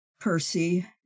Percy